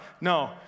No